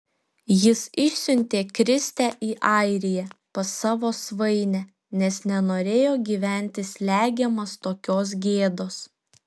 jis išsiuntė kristę į airiją pas savo svainę nes nenorėjo gyventi slegiamas tokios gėdos